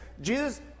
Jesus